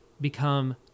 become